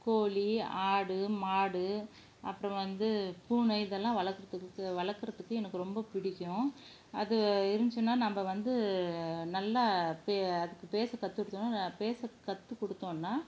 கோழி ஆடு மாடு அப்புறம் வந்து பூனை இதெல்லாம் வளர்க்கிறதுக்குக்கு வளர்க்கறதுக்கு எனக்கு ரொம்ப பிடிக்கும் அது இருந்துச்சினா நம்ம வந்து நல்லா பே அதுக்கு பேச கற்றுக்கும் ந பேச கற்று கொடுத்தோம்ன்னா